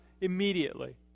immediately